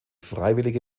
freiwillige